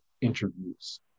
interviews